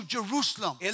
Jerusalem